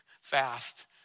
fast